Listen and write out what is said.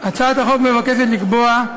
הצעת החוק מבקשת לקבוע,